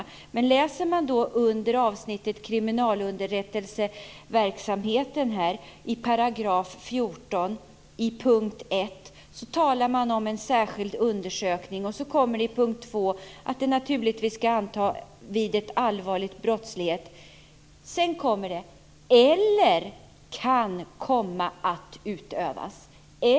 I betänkandet på s. 69, avsnittet Kriminalunderrättelseverksamhet, 14 §, talas det om särskild undersökning då allvarlig brottslighet har utövats. Men sedan kommer det: "- eller kan komma att utövas."